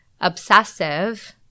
obsessive